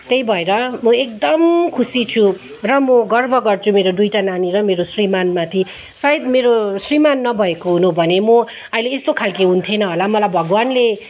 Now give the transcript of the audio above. त्यही भएर म एकदम खुसी छु र म गर्व गर्छु मेरो दुइटा नानी र मेरो श्रीमान्माथि सायद मेरो श्रीमान् नभएको हुनु हो भने म अहिले यस्तो खालको हुन्थेन होला मलाई भगवान्ले